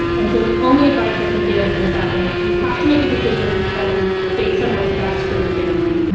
and so the only advice i can give is that, like, you have to make a decision that is based on what's best for your family.